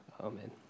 Amen